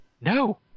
no